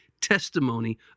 testimony